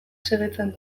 segitzen